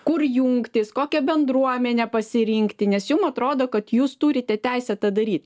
kur jungtis kokią bendruomenę pasirinkti nes jum atrodo kad jūs turite teisę tą daryt